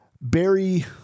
Barry